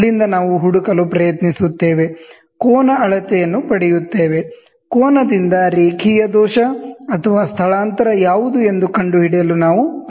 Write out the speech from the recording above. ಅಲ್ಲಿಂದ ನಾವು ಹುಡುಕಲು ಪ್ರಯತ್ನಿಸುತ್ತೇವೆ ಕೋನ ಅಳತೆಯನ್ನು ಪಡೆಯುತ್ತೇವೆ ಕೋನದಿಂದ ಲೀನಿಯರ್ ಎರರ್ ಅಥವಾ ಸ್ಥಳಾಂತರ ಯಾವುದು ಎಂದು ಕಂಡುಹಿಡಿಯಲು ನಾವು ಪ್ರಯತ್ನಿಸುತ್ತೇವೆ